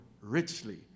richly